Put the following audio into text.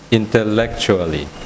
intellectually